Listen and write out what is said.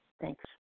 Thanks